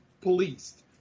policed